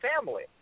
family